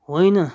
होइन